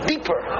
Deeper